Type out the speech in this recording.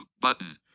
button